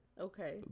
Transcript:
Okay